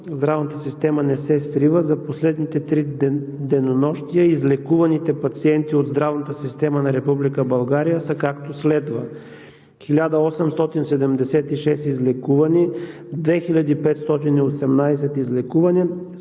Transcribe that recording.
Здравната система не се срива. За последните три денонощия излекуваните пациенти от здравната система на Република България са както следва: 1876 излекувани; 2518 излекувани;